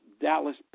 Dallas